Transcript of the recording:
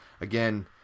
again